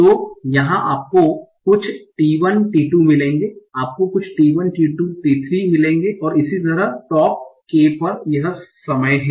तो यहाँ आपको कुछ t 1 t 2 मिलेंगे आपको कुछ t 1 t 2 t 3 मिलेंगे और इसी तरह टॉप k पर यह समय है